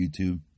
YouTube